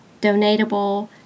donatable